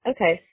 Okay